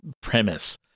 premise